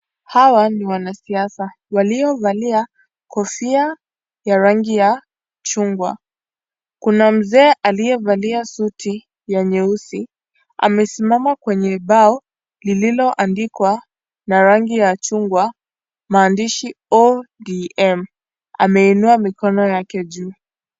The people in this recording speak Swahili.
Hawa ni wanasiasa waliovalia kofia ya rangi ya chungwa. Kuna mzee aliyevalia suti ya nyeusi, amesimama kwenye mbao lililoandikwa na rangi ya chungwa, maandishi ODM . Ameinua mikono yake juu.